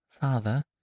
Father